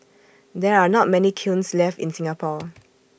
there are not many kilns left in Singapore